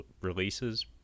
releases